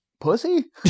Pussy